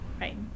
right